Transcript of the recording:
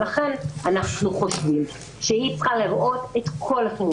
לכן אנחנו חושבים שהיא צריכה לראות את כל התמונה.